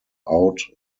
out